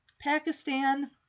Pakistan